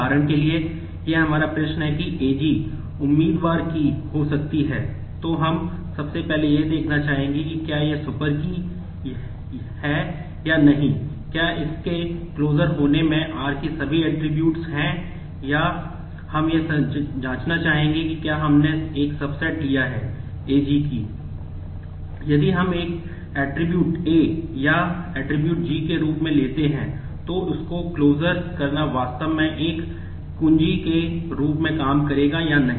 उदाहरण के लिए यदि हमारा प्रश्न यह है कि AG उम्मीदवार की के रूप में काम करेगा या नहीं